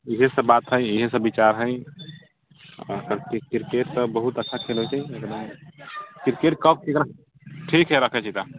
इएहे सभ बात है इएहे सभ विचार है क्रिकेट तऽ बहुत अच्छा खेल होइ छै क्रिकेट कब ककरा ठीक है रखै छी तऽ